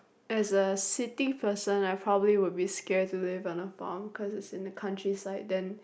as a city person I probably will be scared to live on the farm cause it's in the countryside then